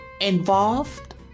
involved